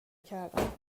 کردم